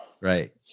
right